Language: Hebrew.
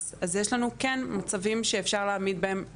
אז יש לנו כן מצבים שאפשר להעמיד בהם לדין.